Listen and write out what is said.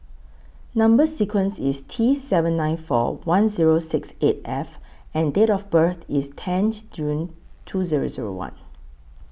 Number sequence IS T seven nine four one Zero six eight F and Date of birth IS tenth June two Zero Zero one